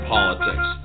Politics